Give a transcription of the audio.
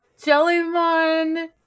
Jellymon